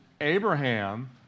Abraham